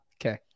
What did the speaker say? Okay